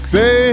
Say